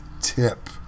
tip